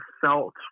felt